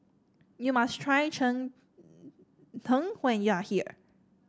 you must try Cheng Tng when you are here